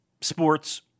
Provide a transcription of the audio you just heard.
sports